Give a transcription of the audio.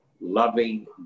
loving